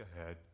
ahead